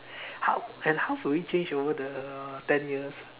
how and how will it change over the ten years